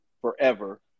forever